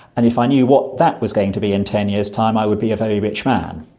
and if i knew what that was going to be in ten years time i would be a very rich man.